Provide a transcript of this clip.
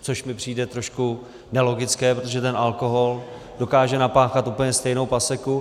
Což mi přijde trošku nelogické, protože alkohol dokáže napáchat úplně stejnou paseku.